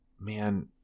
man